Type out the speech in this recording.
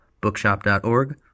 bookshop.org